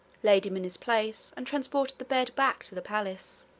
laid him in his place, and transported the bed back to the palace.